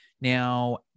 Now